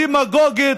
דמגוגית,